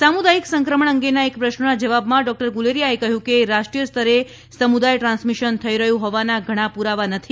સામુદાયિક સંક્રમણ અંગેના એક પ્રશ્નના જવાબમાં ડોક્ટર ગુલેરિયાએ કહ્યું કે રાષ્ટ્રીય સ્તરે સમુદાય ટ્રાન્સમિશન થઈ રહ્યું હોવાના ઘણા પુરાવા નથી